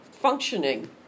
functioning